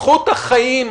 זכות החיים,